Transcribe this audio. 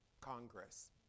Congress